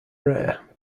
rare